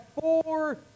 four